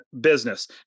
business